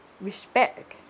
respect